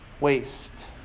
waste